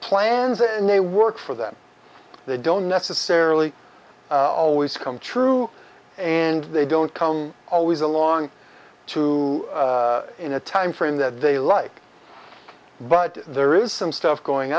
plans and they work for them they don't necessarily always come true and they don't come always along to in a timeframe that they like but there is some stuff going